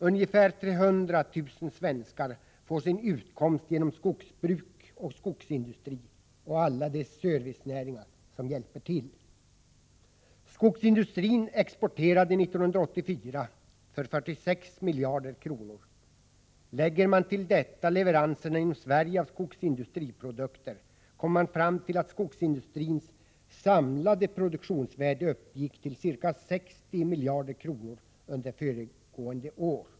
Ungefär 300 000 svenskar får sin utkomst av skogsbruk och skogsindustri och alla de servicenäringar som hör till. Skogsindustrin exporterade 1984 för 46 miljarder kronor. Lägger man till detta leveranserna inom Sverige av skogsindustriprodukter, kommer man fram till att skogsindustrins samlade produktionsvärde uppgick till ca 60 miljarder kronor under föregående år.